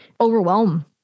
overwhelm